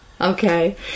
okay